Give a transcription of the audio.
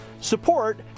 support